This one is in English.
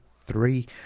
three